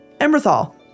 Emberthal